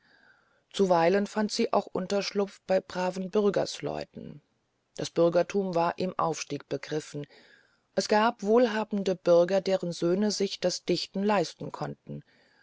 zuweilen fand sie unterschlupf bei braven bürgersleuten das bürgertum war im aufstieg begriffen es gab wohlhabende bürger deren söhne sich das dichten leisten konnten